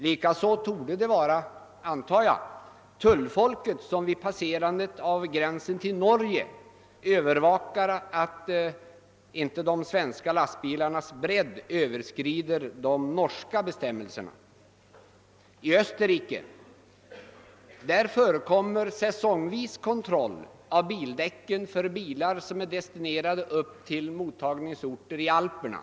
Likaså är det, antar jag, tullfolket som vid gränsen till Norge övervakar att de svenska lastbilarnas bredd inte överskrider den bredd som är tillåten enligt de norska bestämmelserna. I Österrike förekommer säsongvis kontroll av bildäcken för bilar som är destinerade till mottagningsorter i Alperna.